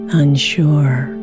unsure